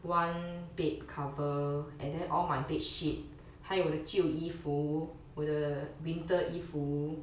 one bed cover and then all my bed sheet 还有我的旧衣服我的 winter 衣服